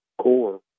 core